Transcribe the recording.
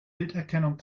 bilderkennung